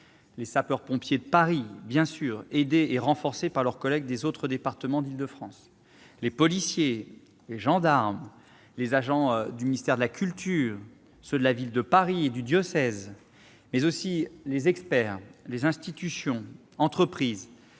les sapeurs-pompiers de Paris, aidés et renforcés par leurs collègues des autres départements d'Île-de-France ; les policiers ; les gendarmes ; les agents du ministère de la culture ; ceux de la Ville de Paris et du diocèse ; mais aussi les experts, les institutions et entreprises